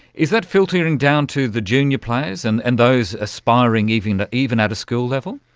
is that filtering down to the junior players and and those aspiring even ah even at a school level?